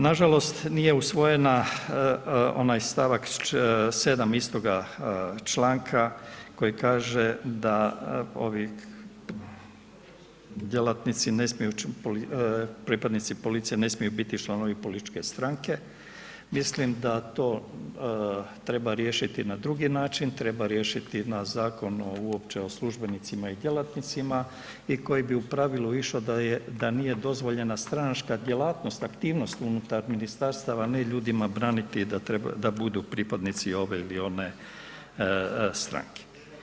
Nažalost, nije usvojen onaj stavak 7. istoga članka koji kaže da ovi djelatnici ne smiju, pripadnici policije ne smiju biti članovi političke stranke, mislim da to treba riješiti na drugi način, treba riješiti na zakon uopće o službenicima i djelatnicima i koji bi u pravilu išao da nije dozvoljena stranačka djelatnost, aktivnost unutar ministarstava a ne ljudima braniti da budu pripadnici ove ili one stranke.